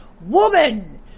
Woman